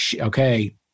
okay